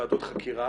ועדות חקירה,